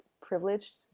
privileged